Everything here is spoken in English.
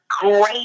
great